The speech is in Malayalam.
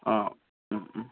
ആ